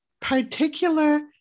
particular